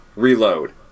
Reload